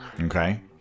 Okay